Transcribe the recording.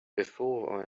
before